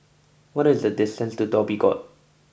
what is the distance to Dhoby Ghaut